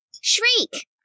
Shriek